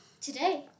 today